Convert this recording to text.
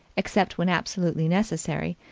except when absolutely necessary,